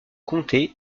comté